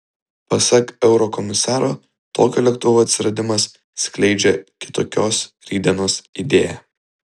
pasak eurokomisaro tokio lėktuvo atsiradimas skleidžia kitokios rytdienos idėją